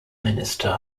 minister